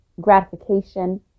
gratification